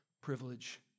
privilege